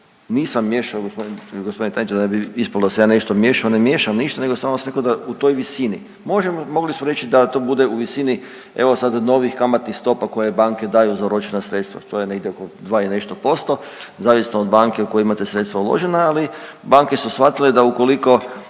Nisam miješao g. tajniče da bi ispalo da se ja nešto miješam, ne miješam ništa nego samo sam rekao da u toj visini, možemo, mogli smo reći da to bude u visini evo sad novih kamatnih stopa koje banke daju za oročena sredstva, to je negdje oko 2 i nešto posto, zavisno od banke u kojoj imate sredstva uložena, ali banke su shvatile da ukoliko